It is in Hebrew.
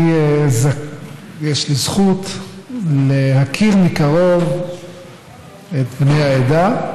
יש לי זכות להכיר מקרוב את בני העדה,